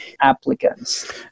applicants